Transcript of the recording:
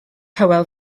hywel